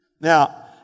Now